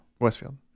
Westfield